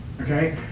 Okay